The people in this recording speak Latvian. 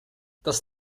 tas